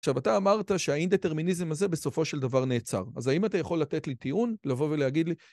עכשיו, אתה אמרת שהאינדטרמיניזם הזה בסופו של דבר נעצר, אז האם אתה יכול לתת לי טיעון, לבוא ולהגיד לי...